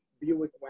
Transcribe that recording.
Buick